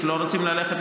רוצה.